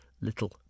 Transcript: little